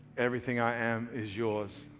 everything i am is yours.